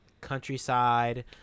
countryside